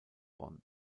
bonn